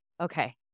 okay